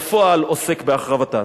בפועל עוסק בהחרבתה.